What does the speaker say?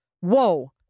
whoa